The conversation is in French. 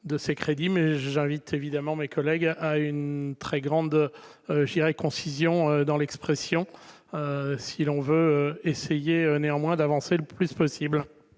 de ces crédits mais j'invite évidemment mes collègues à une très grande j'irai concision dans l'expression, si l'on veut essayer néanmoins d'avancer le plus possible.